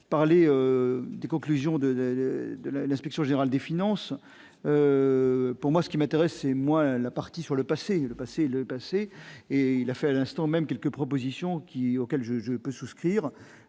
parlé des conclusions de de la l'Inspection générale des finances pour moi ce qui m'intéresse, c'est moi la partie sur le passé est le passé, le passé et il a fait à l'instant même quelques propositions qui auquel je je ne peux souscrire,